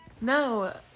No